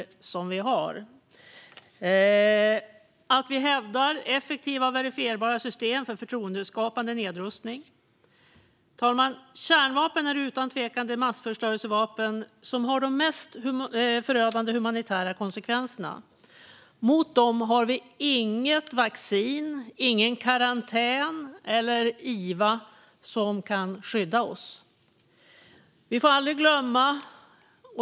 Det är viktigt att vi hävdar effektiva och verifierbara system för förtroendeskapande nedrustning. Fru talman! Kärnvapen är utan tvekan det massförstörelsevapen som har de mest förödande humanitära konsekvenserna. Mot dem har vi inget vaccin, ingen karantän och ingen intensivvård som kan skydda oss.